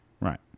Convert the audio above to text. Right